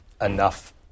enough